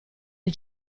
dei